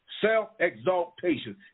self-exaltation